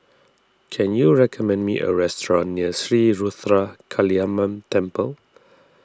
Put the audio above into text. can you recommend me a restaurant near Sri Ruthra Kaliamman Temple